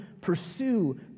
pursue